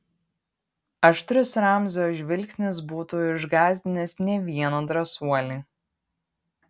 aštrus ramzio žvilgsnis būtų išgąsdinęs ne vieną drąsuolį